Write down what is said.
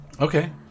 Okay